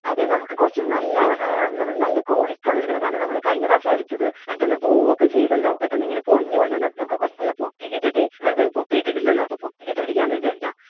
അതെ നമുക്ക് കുറച്ച് നല്ല നമുക്ക് നല്ല ക്വാളിറ്റി ഉള്ളത് എടുക്കണം കാരണം നമ്മൾ കഴിഞ്ഞ പ്രാവശ്യം അടിച്ചത് പെട്ടെന്ന് പോകുക ഒക്കെ ചെയ്തല്ലോ പെട്ടെന്ന് ഇങ്ങനെ പൊളിഞ്ഞു പൊളിഞ്ഞ് വന്നു അപ്പോൾ നമുക്ക് കുറച്ച് നല്ല പുട്ടിയൊക്കെ ഇട്ടിട്ട് നമ്മൾ ഇതുവരെ പുട്ടി ഇട്ടിട്ടില്ലല്ലോ അപ്പോൾ പുട്ടി ഇട്ടിട്ട് അടിക്കാമെന്ന് വിചാരിച്ചാണ്